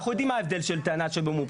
אנחנו יודעים מה ההבדל של טענה במומחיות.